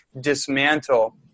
dismantle